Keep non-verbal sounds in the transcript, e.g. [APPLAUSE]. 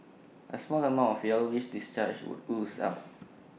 A small amount of yellowish discharge would ooze out [NOISE]